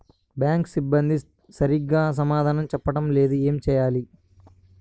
Bank సిబ్బంది సరిగ్గా సమాధానం చెప్పటం లేదు ఏం చెయ్యాలి?